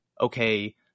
okay